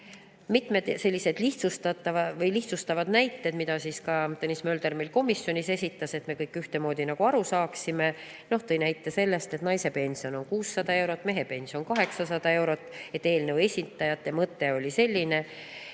mitmed sellised lihtsustavad näited, mida ka Tõnis Mölder meil komisjonis esitas, et me kõik ühtemoodi aru saaksime. Ta tõi sellise näite: naise pension oncirca600 eurot, mehe pension 800 eurot. Eelnõu esitajate mõte oli selline,